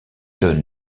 donne